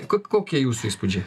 ko kokie jūsų įspūdžiai